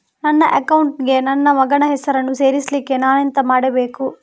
ನನ್ನ ಅಕೌಂಟ್ ಗೆ ನನ್ನ ಮಗನ ಹೆಸರನ್ನು ಸೇರಿಸ್ಲಿಕ್ಕೆ ನಾನೆಂತ ಮಾಡಬೇಕು?